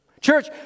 Church